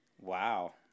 Wow